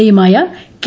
എയുമായ K